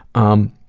um,